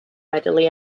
readily